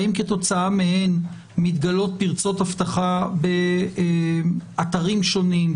האם כתוצאה מהן מתגלות פרצות אבטחה באתרים שונים,